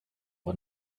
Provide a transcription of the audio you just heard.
for